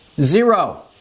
zero